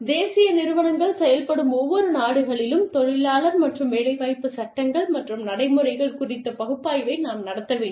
தேசிய நிறுவனங்கள் செயல்படும் ஒவ்வொரு நாடுகளிலும் தொழிலாளர் மற்றும் வேலைவாய்ப்பு சட்டங்கள் மற்றும் நடைமுறைகள் குறித்த பகுப்பாய்வை நாம் நடத்த வேண்டும்